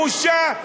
בושה.